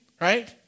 right